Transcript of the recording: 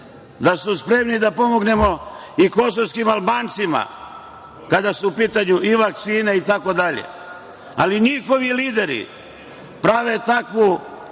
Dačić spremni da pomognemo i kosovskim Albancima kada su u pitanju i vakcine itd, ali njihovi lideri prave takvu